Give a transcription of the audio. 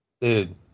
Dude